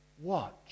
Watch